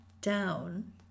down